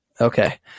Okay